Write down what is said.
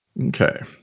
Okay